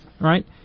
right